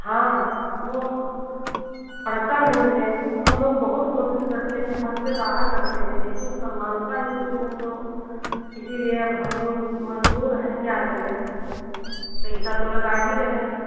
हाँ वह पढ़ता नहीं है हम लोग बहुत कोशिश करते हैं हद से बाहर करते हैं लेकिन पर मानता ही नहीं है तो इसीलिए अब हम लोग मजबूर हैं क्या करें पैसा तो लगा ही रहे हैं